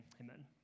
Amen